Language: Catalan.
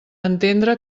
entendre